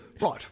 Right